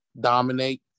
dominate